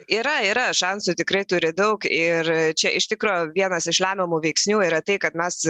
yra yra šansų tikrai turi daug ir čia iš tikro vienas iš lemiamų veiksnių yra tai kad mes